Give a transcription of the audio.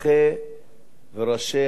וראשי הציבור הזה